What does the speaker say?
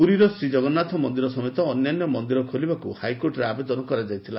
ପୁରୀର ଶ୍ରୀକଗନ୍ନାଥ ମନ୍ଦିର ସମେତ ଅନ୍ୟାନ୍ୟ ମନ୍ଦିର ଖୋଲିବାକୁ ହାଇକୋର୍ଟରେ ଆବେଦନ କରାଯାଇଥିଲା